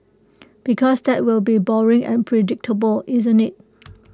because that will be boring and predictable isn't IT